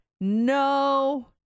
No